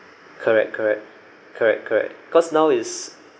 correct correct correct correct cause now it's